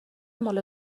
مال